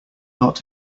not